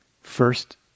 first